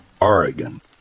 Oregon